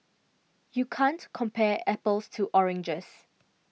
you can't compare apples to oranges